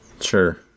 Sure